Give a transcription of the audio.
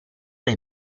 dai